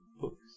books